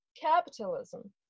capitalism